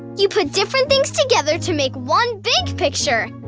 you put different things together to make one big picture!